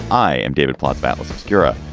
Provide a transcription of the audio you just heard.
i am david plott battle obscura.